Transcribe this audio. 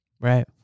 Right